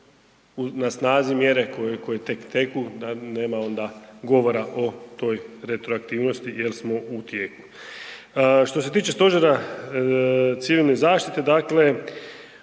na snazi mjere koje tek teku da nema onda govora o toj retroaktivnosti jel smo u tijeku. Što se tiče Stožera civilne zaštite, dakle